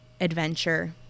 adventure